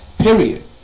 period